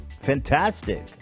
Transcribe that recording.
Fantastic